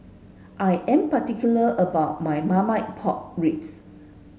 I am particular about my Marmite Pork Ribs